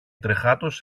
τρεχάτος